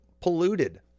polluted